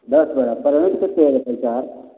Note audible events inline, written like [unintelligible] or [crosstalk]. दश बोरा [unintelligible]